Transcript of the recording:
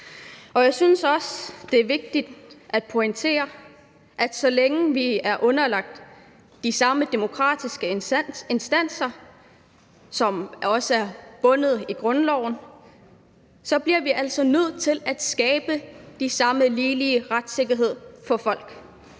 og jeg synes også, det er vigtigt at pointere, at så længe vi er underlagt de samme demokratiske instanser, som også er bundet i grundloven, bliver vi altså nødt til at skabe den samme retssikkerhed for folk.